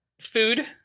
food